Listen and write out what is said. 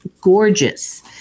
gorgeous